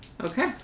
Okay